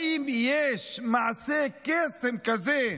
האם יש מעשה קסם כזה,